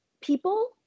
people